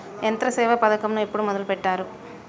యంత్రసేవ పథకమును ఎప్పుడు మొదలెట్టారు?